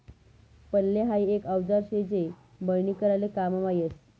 flail हाई एक औजार शे जे मळणी कराले काममा यस